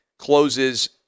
closes